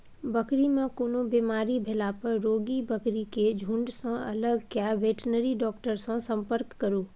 बकरी मे कोनो बेमारी भेला पर रोगी बकरी केँ झुँड सँ अलग कए बेटनरी डाक्टर सँ संपर्क करु